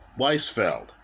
Weisfeld